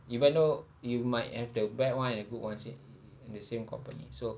even though you might have the bad one and the good ones in the same company so